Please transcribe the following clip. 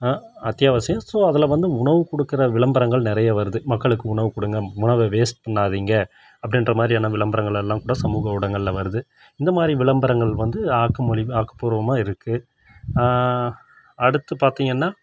அத்தியாவசியம் ஸோ அதில் வந்து உணவு கொடுக்குற விளம்பரங்கள் நிறைய வருது மக்களுக்கு உணவு கொடுங்க உணவ வேஸ்ட் பண்ணாதிங்க அப்படின்ற மாதிரியான விளம்பரங்கள் எல்லாம் கூட சமூக ஊடங்களில் வருது இந்த மாதிரி விளம்பரங்கள் வந்து ஆக்கமொழிவு ஆக்கபூர்வமாக இருக்கு அடுத்து பார்த்திங்கன்னா